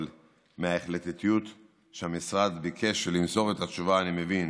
אבל מההחלטיות שהמשרד ביקש למסור את התשובה אני מבין